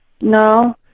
No